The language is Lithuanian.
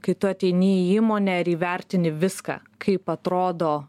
kai tu ateini į įmonę ir įvertini viską kaip atrodo